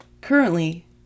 Currently